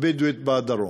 הבדואית בדרום.